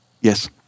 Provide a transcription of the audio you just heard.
Yes